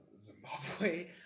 Zimbabwe